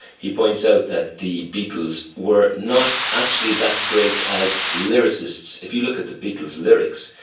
he points out that the beatles were not actually that great as lyricists. if you look at the beatles lyrics,